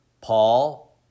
Paul